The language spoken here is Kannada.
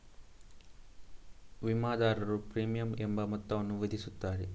ವಿಮಾದಾರರು ಪ್ರೀಮಿಯಂ ಎಂಬ ಮೊತ್ತವನ್ನು ವಿಧಿಸುತ್ತಾರೆ